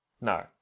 No